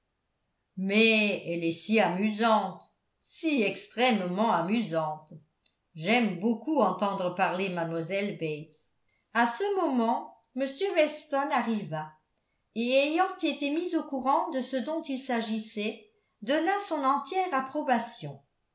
mais elle est si amusante si extrêmement amusante j'aime beaucoup entendre parler mlle bates à ce moment m weston arriva et ayant été mis au courant de ce dont il s'agissait donna son entière approbation